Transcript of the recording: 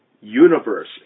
universe